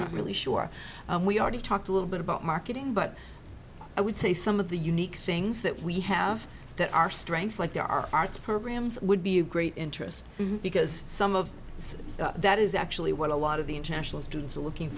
not really sure we already talked a little bit about marketing but i would say some of the unique things that we have that our strengths like there are arts programs would be of great interest because some of that is actually what a lot of the international students are looking